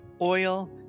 oil